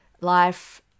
life